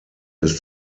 ist